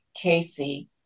Casey